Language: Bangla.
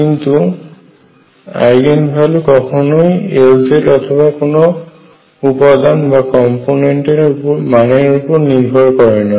কিন্তু আইগেন ভ্যালু কখনোই Lz অথবা অন্য কোনো উপাদান এর মানের উপর নির্ভর করে না